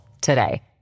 today